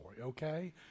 okay